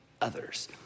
others